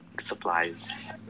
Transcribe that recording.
supplies